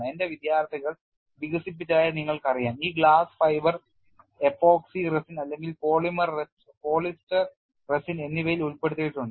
എന്റെ വിദ്യാർത്ഥികൾ വികസിപ്പിച്ചതായി നിങ്ങൾക്കറിയാം ഈ ഗ്ലാസ് ഫൈബർ എപോക്സി റെസിൻ അല്ലെങ്കിൽ പോളിസ്റ്റർ റെസിൻ എന്നിവയിൽ ഉൾപ്പെടുത്തിയിട്ടുണ്ട്